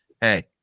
Hey